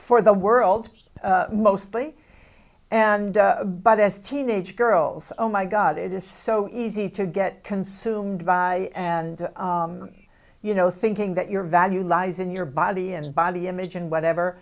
for the world mostly and but as teenage girls oh my god it is so easy to get consumed by and you know thinking that your value lies in your body and body image and whatever